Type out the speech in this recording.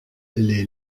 les